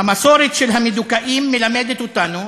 "המסורת של המדוכאים מלמדת אותנו